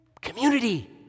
community